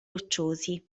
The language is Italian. rocciosi